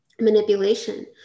manipulation